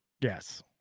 Yes